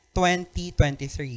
2023